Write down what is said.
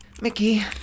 Mickey